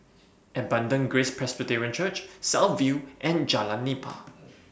Abundant Grace Presbyterian Church South View and Jalan Nipah